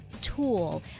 tool